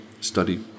study